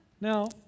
Now